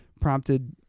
prompted